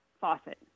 faucet